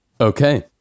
Okay